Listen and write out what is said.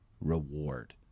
reward